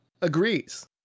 agrees